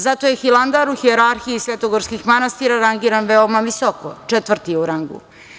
Zato je Hilandar u hijerarhiji svetogorskih manastira rangiran veoma visoko, četvrti je u rangu.